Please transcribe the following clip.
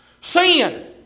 Sin